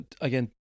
again